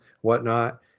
whatnot